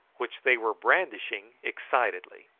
which they were brandishing excitedly.